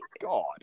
God